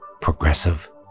progressive